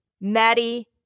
Maddie